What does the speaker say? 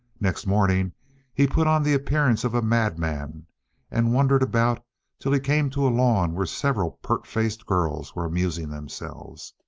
next morning he put on the appearance of a madman and wandered about till he came to a lawn where several pert-faced girls were amusing themselves.